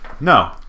No